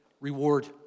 Reward